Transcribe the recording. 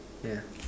yeah